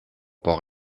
por